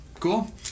Cool